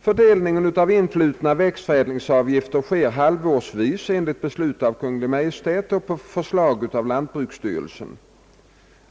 Fördelningen av influtna växtförädlingsavgifter sker halvårsvis efter beslut av Kungl. Maj:t och på förslag av lantbruksstyrelsen.